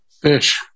Fish